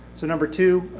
so number two,